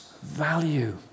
value